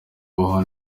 abaho